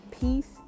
peace